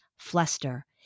Fluster